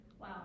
wow